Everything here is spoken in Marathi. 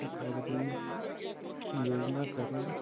योजना करून